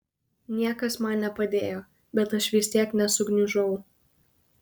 niekas man nepadėjo bet aš vis tiek nesugniužau